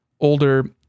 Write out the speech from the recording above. older